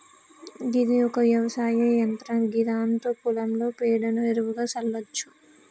గిది ఒక వ్యవసాయ యంత్రం గిదాంతో పొలంలో పేడను ఎరువుగా సల్లచ్చు